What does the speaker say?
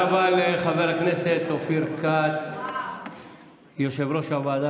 תודה רבה לחבר הכנסת אופיר כץ, יושב-ראש הוועדה